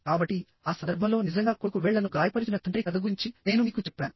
కాబట్టి ఆ సందర్భంలో నిజంగా కొడుకు వేళ్ళను గాయపరిచిన తండ్రి కథ గురించి నేను మీకు చెప్పాను